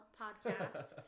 podcast